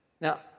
Now